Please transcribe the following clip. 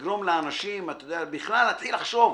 שיגרום לאנשים אתה יודע, בכלל להתחיל לחשוב